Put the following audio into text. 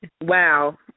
Wow